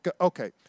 Okay